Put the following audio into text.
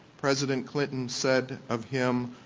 president clinton said of him,